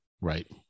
Right